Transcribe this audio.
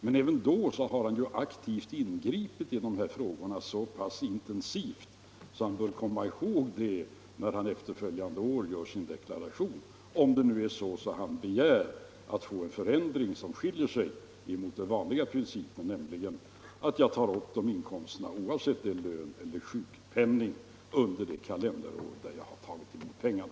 Men även då har ju vederbörande så pass aktivt ingripit i dessa frågor att han bör komma ihåg det när han följande år gör sin deklaration, om det är så att han begärt avsteg från den vanliga principen, nämligen att man tar upp inkomsterna — oavsett om det är fråga om lön eller sjukpenning — under det kalenderår man fått pengarna.